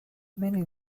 many